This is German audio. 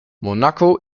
monaco